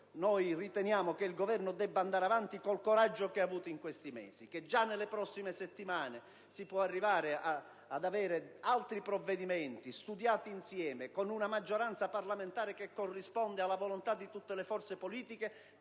Noi riteniamo che il Governo debba andare avanti con il coraggio che ha avuto in questi mesi e che già nelle prossime settimane si possa arrivare ad altri provvedimenti, studiati insieme, con una maggioranza parlamentare che corrisponda alla volontà di tutte le forze politiche,